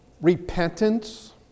repentance